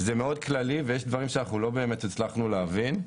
זה מאוד כללי ויש דברים שלא באמת הצלחנו להבין,